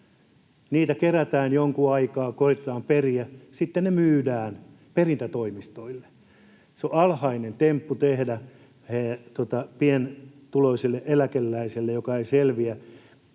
niitä kerätään jonkun aikaa, koetetaan periä, sitten ne myydään perintätoimistoille. Se on alhainen temppu tehdä pienituloiselle eläkeläiselle, joka ei selviä